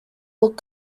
look